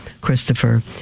Christopher